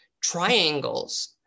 triangles